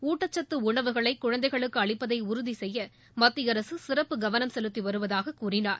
ஊட்டக்கத்து உணவுகளை குழந்தைகளுக்கு அளிப்பதை உறுதி செய்ய மத்திய அரசு சிறப்பு கவனம் செலுத்தி வருவதாக கூறினார்